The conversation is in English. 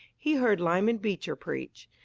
he heard lyman beecher preach.